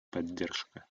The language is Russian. поддержка